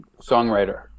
songwriter